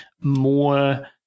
more